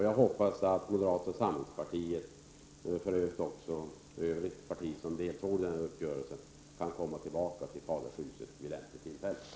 Jag hoppas att moderata samlingspartiet och Övrigt parti som har deltagit i den här uppgörelsen kan komma tillbaka till fadershuset vid lämpligt tillfälle.